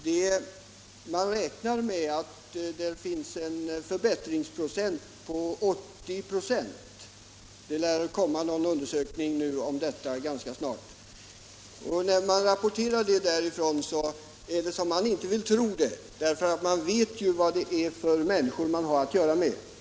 Där har man räknat fram en 80-procentig förbättring — det lär komma resultat från en undersökning om detta ganska snart. Den förbättringsprocent som har rapporterats från Hasselakollektivet är sådan att man knappast kan tro på den, eftersom man ju vet vilka människor man där har att göra med.